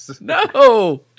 No